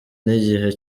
n’igihe